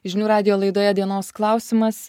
žinių radijo laidoje dienos klausimas